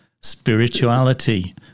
spirituality